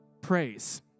praise